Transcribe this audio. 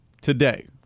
today